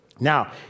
Now